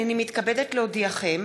הנני מתכבדת להודיעכם,